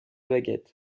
baguette